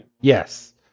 Yes